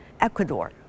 Ecuador